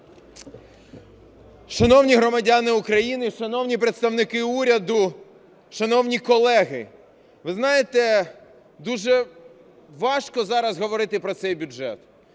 Шановні громадяни України! Шановні представники уряду! Шановні колеги! Ви знаєте, дуже важко зараз говорити про цей бюджет,